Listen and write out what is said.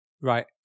Right